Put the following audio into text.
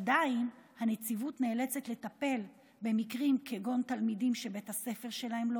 עדיין הנציבות נאלצת לטפל במקרים כמו תלמידים שבית הספר שלהם לא